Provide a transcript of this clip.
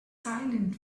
silent